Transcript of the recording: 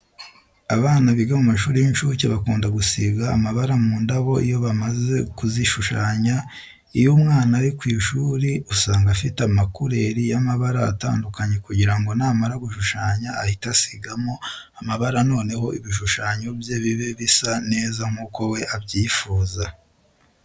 Abana biga mu mashuri y'inshuke bakunda gusiga amabara mu ndabo iyo bamaze kuzishushanya. Iyo umwana ari ku ishuri usanga afite amakureri y'amabara atandukanye kugira ngo namara gushushanya ahite asigamo amabara noneho ibishushanyo bye bibe bisa neza nk'uko we abyifuza.